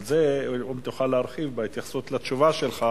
אם תוכל להרחיב על זה בהתייחסות לתשובה שלך.